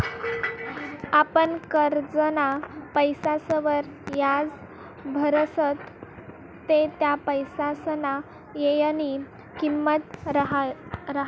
आपण करजंना पैसासवर याज भरतस ते त्या पैसासना येयनी किंमत रहास